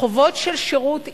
החובות של שירות,